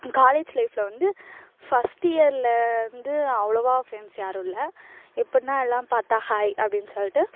college லைஃப்பில் வந்து first இயரில் வந்து அவ்வளோவா ஃப்ரெண்ட்ஸ் யாரும் இல்லை எப்புடினா எல்லாம் பார்த்தா ஹாய் அப்டின்னு சொல்லிட்டு